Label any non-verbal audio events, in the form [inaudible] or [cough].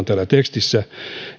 [unintelligible] täällä tekstissä